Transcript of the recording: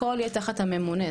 הכל יהיה תחת הממונה,